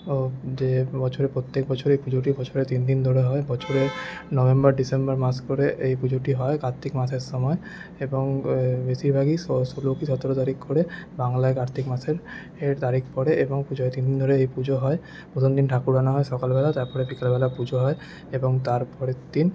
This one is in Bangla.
ও যে বছরের প্রত্যেক বছরে এই পুজোটি বছরে তিন দিন ধরে হয় বছরের নভেম্বর ডিসেম্বর মাস করে এই পুজোটি হয় কার্তিক মাসের সময় এবং বেশিরভাগই ষোলো কি সতেরো তারিখ করে বাংলায় কার্তিক মাসের এর তারিখ পড়ে এবং পুজোয় তিন দিন ধরে এই পুজো হয় প্রথম দিন ঠাকুর আনা হয় সকালবেলা তারপরে বিকালবেলা পুজো হয় এবং তারপরের দিন